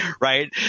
right